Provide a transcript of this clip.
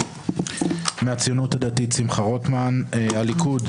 מהציונות הדתית שמחה רוטמן, הליכוד